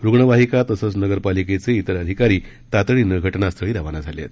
रुग्णवाहिका तसंच नगरपालिकेचे अन्य अधिकारी तातडीनं घटनास्थळी रवाना झाले आहेत